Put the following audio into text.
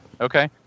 Okay